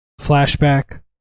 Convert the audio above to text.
flashback